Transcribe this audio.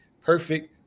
perfect